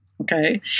okay